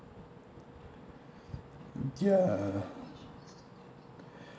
ya